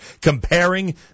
comparing